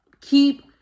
keep